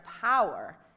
power